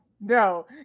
No